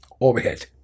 overhead